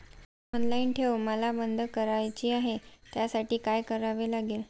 Online ठेव मला बंद करायची आहे, त्यासाठी काय करावे लागेल?